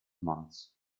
months